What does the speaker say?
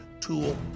tool